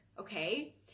okay